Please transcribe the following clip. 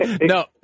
no